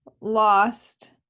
lost